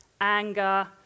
anger